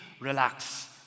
relax